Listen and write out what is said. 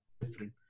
different